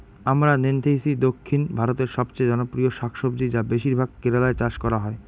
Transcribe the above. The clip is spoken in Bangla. আমরান্থেইসি দক্ষিণ ভারতের সবচেয়ে জনপ্রিয় শাকসবজি যা বেশিরভাগ কেরালায় চাষ করা হয়